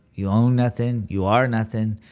you own nothing, you are nothing,